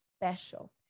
special